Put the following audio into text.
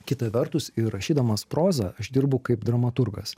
kita vertus ir rašydamas prozą aš dirbu kaip dramaturgas